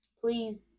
Please